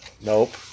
Nope